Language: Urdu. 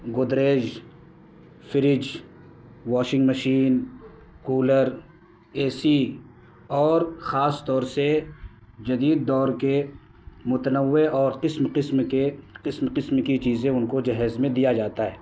Godrej fridge washing machine cooler A C اور خاص طور سے جدید دور کے متنوع اور قسم قسم کے قسم قسم کی چیزیں ان کو جہیز میں دیا جاتا ہے